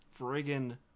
friggin